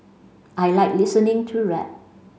I like listening to rap